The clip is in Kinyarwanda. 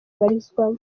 abarizwamo